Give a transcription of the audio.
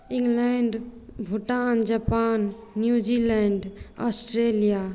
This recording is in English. England Bhutan Japan New Zealand Australia